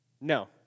No